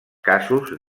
casos